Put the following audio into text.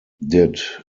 did